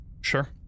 Sure